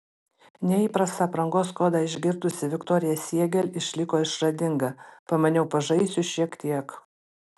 neįprastą aprangos kodą išgirdusi viktorija siegel išliko išradinga pamaniau pažaisiu šiek tiek